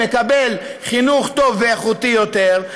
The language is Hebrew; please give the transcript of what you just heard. מקבל חינוך טוב ואיכותי יותר,